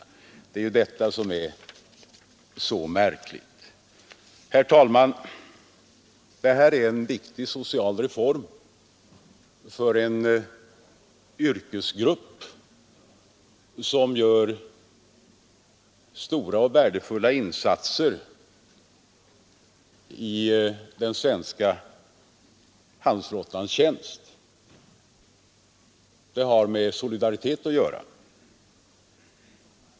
Det är ju detta som är så märkligt. Herr talman! Detta är en viktig social reform för en yrkesgrupp som gör stora och värdefulla insatser i den svenska handelsflottans tjänst. Det har med solidaritet att göra.